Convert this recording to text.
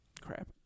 crap